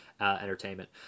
entertainment